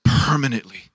permanently